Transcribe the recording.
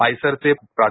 आयसरचे प्रा